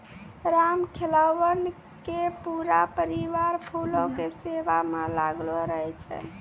रामखेलावन के पूरा परिवार फूलो के सेवा म लागलो रहै छै